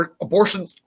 abortion